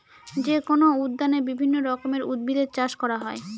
যেকোনো উদ্যানে বিভিন্ন রকমের উদ্ভিদের চাষ করা হয়